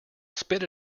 spit